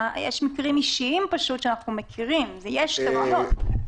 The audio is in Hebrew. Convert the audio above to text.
יש פשוט מקרים אישיים שאנחנו מכירים, ויש טעויות.